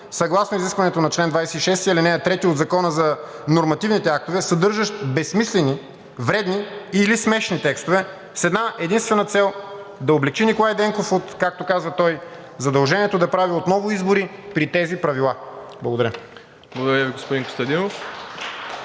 съгласно изискванията на чл. 26, ал. 3 от Закона за нормативните актове, съдържащ безсмислени, вредни или смешни текстове с една-единствена цел – да облекчи Николай Денков, както каза той, от задължението да прави отново избори при тези правила. Благодаря.